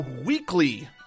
weekly